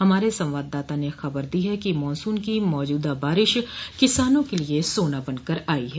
हमारे संवाददाता ने खबर दी है कि मॉनसून की मौजूदा बारिश किसानों के लिए सोना बनकर आई है